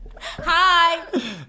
Hi